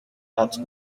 quatre